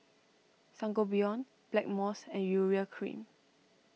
Sangobion Blackmores and Urea Cream